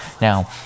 Now